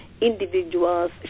individuals